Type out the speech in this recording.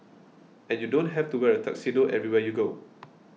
and you don't have to wear a tuxedo everywhere you go